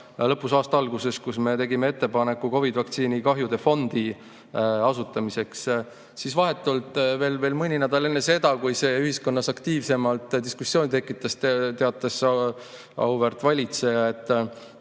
aasta alguses, kui me tegime ettepaneku COVID‑i vaktsiini kahjude fondi asutamiseks. Vahetult mõni nädal enne seda, kui see ühiskonnas aktiivsemalt diskussiooni tekitas, teatas auväärt valitseja, et